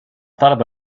thought